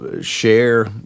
share